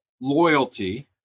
loyalty